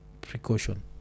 precaution